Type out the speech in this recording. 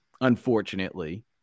unfortunately